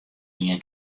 ien